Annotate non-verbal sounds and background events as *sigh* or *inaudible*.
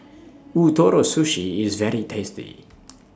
*noise* Ootoro Sushi IS very tasty